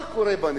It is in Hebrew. מה קורה בנגב?